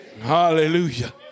Hallelujah